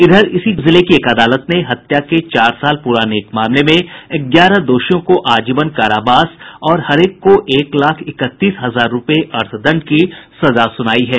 इधर इसी जिले की एक अदालत ने हत्या के चार साल पुराने एक मामले में ग्यारह दोषियों को आजीवन कारावास और हरेक को एक लाख इकतीस हजार रूपये अर्थदंड की सजा सुनायी है